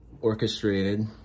orchestrated